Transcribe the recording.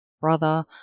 brother